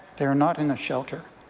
they are not in a shelter.